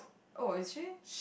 oh it's she